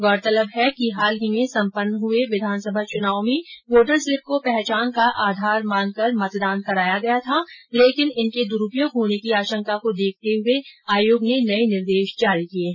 गौरतलब है कि हाल ही सम्पन्न हुए विधानसभा चुनाव में वोटर स्लिप को पहचान का आधार मानकर मतदान कराया गया था लेकिन इनके द्रूपर्योग होने की आशंका को देखते हुए आयोग ने नए निर्देश जारी किए हैं